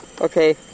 Okay